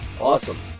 Awesome